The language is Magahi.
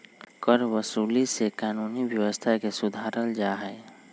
करवसूली से कानूनी व्यवस्था के सुधारल जाहई